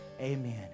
amen